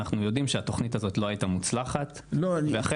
אנחנו יודעים שהתכנית הזאת לא הייתה מוצלחת ואכן